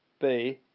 b